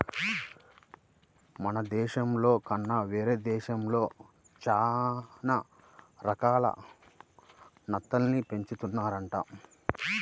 మన దేశంలో కన్నా వేరే దేశాల్లో చానా రకాల నత్తల్ని పెంచుతున్నారంట